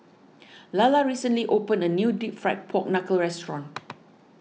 Lalla recently opened a new Deep Fried Pork Knuckle restaurant